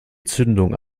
zündung